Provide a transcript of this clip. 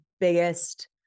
biggest